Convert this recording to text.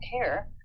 care